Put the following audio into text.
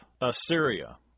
Assyria